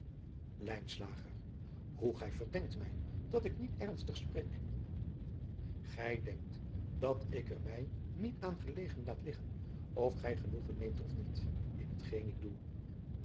hoe gij verdenkt mij dat ik niet ernstig spreek gij denkt dat ik er mij niet aan gelegen laat liggen of gij genoegen neemt of niet in hetgeen ik doe